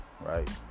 right